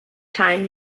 time